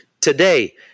Today